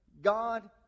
God